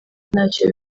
ntacyo